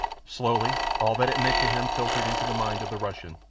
slowly all that it meant to him filtered into the mind of the russian,